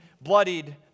bloodied